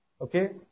Okay